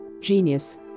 Genius